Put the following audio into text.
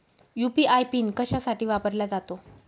UPI pin कशासाठी वापरला जातो?